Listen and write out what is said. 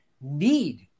need